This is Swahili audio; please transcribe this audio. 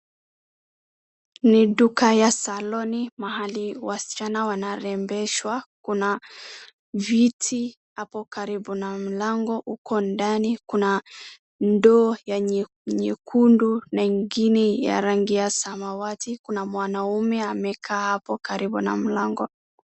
Ni duka ya saloni mahali wasichana wanarembeshwa ,kuna viti hapo karibu na mlango uko ndani kuna ndoo nyekundu na ingine ya rangi ya samawati kuna mwanaume amekaa hapo karibu na mlango.